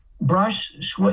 brush